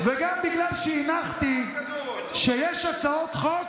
וגם משום שהנחתי שיש הצעות חוק,